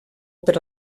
per